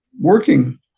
working